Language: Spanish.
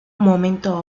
momento